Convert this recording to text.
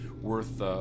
worth